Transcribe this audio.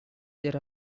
there